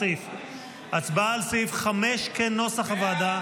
הצבעה על סעיף 5 כנוסח הוועדה,